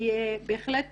אני בהחלט